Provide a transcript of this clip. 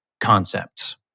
concepts